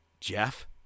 Jeff